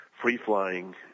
free-flying